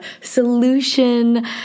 solution